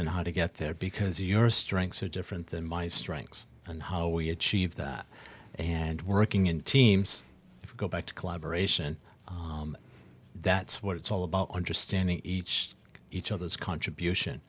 and how to get there because your strengths are different than my strengths and how we achieve that and working in teams go back to collaboration that's what it's all about understanding each each of those contribution